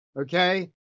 okay